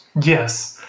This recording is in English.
Yes